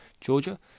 Georgia